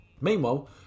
Meanwhile